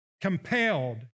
compelled